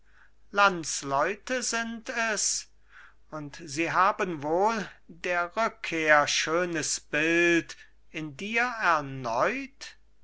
landsleute sind es und sie haben wohl der rückkehr schönes bild in dir erneut